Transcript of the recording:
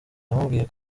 yamubwiye